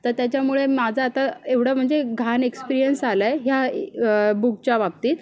तर त्याच्यामुळे माझं आता एवढं म्हणजे घाण एक्सपिरिअन्स आला आहे ह्या बुकच्या बाबतीत